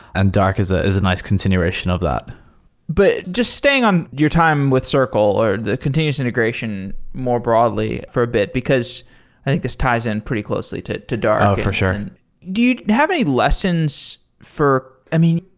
and dark is ah is a nice continuation of that but just staying on your time with circle or the continuous integration more broadly for a bit, because i think this ties in pretty closely to to dark. oh, for sure do you have any lessons for i mean,